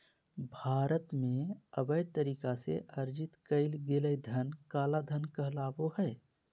भारत में, अवैध तरीका से अर्जित कइल गेलय धन काला धन कहलाबो हइ